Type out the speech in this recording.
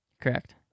Correct